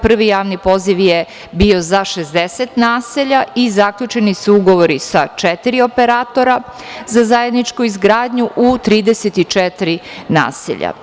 Prvi javni poziv je bio za 60 naselja i zaključeni su ugovori sa četiri operatora za zajedničku izgradnju u 34 naselja.